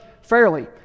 fairly